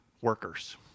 workers